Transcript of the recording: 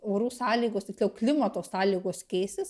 orų sąlygos tiksliau klimato sąlygos keisis